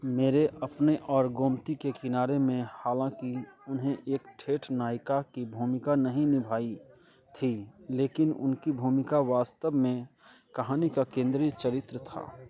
मेरे अपने और गोमती के किनारे में हालांकि उन्हें एक ठेठ नायिका की भूमिका नहीं निभाई थी लेकिन उनकी भूमिका वास्तब में कहानी का केंद्रीय चरित्र था